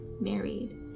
married